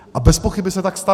A bezpochyby se tak stane.